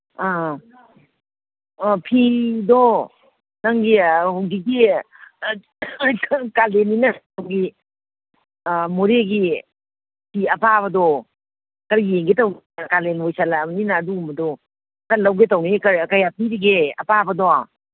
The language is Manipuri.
ꯑꯥ ꯑꯣ ꯐꯤꯗꯣ ꯅꯪꯒꯤ ꯍꯧꯖꯤꯛꯇꯤ ꯀꯥꯂꯦꯟꯅꯤꯅ ꯃꯣꯔꯦꯒꯤ ꯐꯤ ꯑꯄꯥꯕꯗꯣ ꯈꯔ ꯌꯦꯡꯒꯦ ꯇꯧꯕ ꯀꯥꯂꯦꯟ ꯑꯣꯏꯁꯤꯜꯂꯛꯑꯅꯤꯅ ꯑꯗꯨꯒꯨꯝꯕꯗꯣ ꯑꯝꯇ ꯂꯧꯒꯦ ꯇꯧꯅꯤ ꯀꯌꯥ ꯄꯤꯔꯤꯒꯦ ꯑꯄꯥꯕꯗꯣ